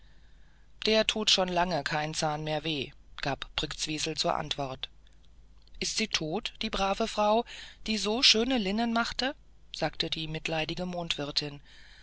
der tut schon lange kein zahn mehr weh gab brktzwisl zur antwort ist sie tot die brave frau die so schöne linnen machte sagte die mitleidige